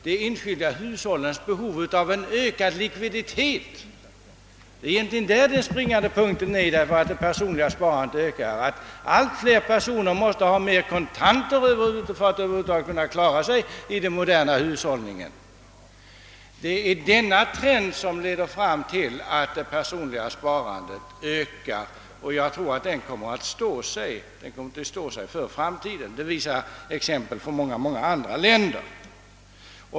Den springande punkten är att allt fler personer måste ha mer kontanter för att klara sig i den moderna hushållningen, och det är denna trend som leder fram till att det personliga sparandet ökar. Jag tror att den trenden kommer att bestå för framtiden — det visar exempel från många andra länder.